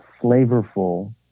flavorful